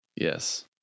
Yes